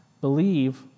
believe